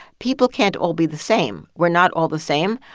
people can't all be the same. we're not all the same.